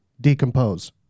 decompose